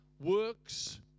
works